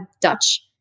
Dutch